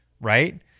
Right